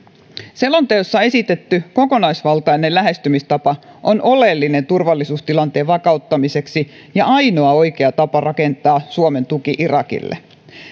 selonteossa esitetty kokonaisvaltainen lähestymistapa on oleellinen turvallisuustilanteen vakauttamiseksi ja ainoa oikea tapa rakentaa suomen tuki irakille